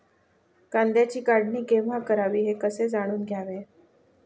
कांद्याची काढणी केव्हा करावी हे कसे जाणून घ्यावे?